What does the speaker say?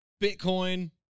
Bitcoin